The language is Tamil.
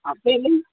அப்பயுமே